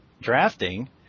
drafting